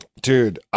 Dude